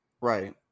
right